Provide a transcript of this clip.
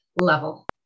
level